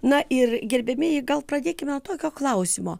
na ir gerbiamieji gal pradėkim nuo tokio klausimo